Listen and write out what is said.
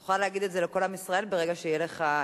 אתה תוכל להגיד את זה לכל עם ישראל ברגע שיהיה לך,